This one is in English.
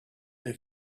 they